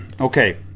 okay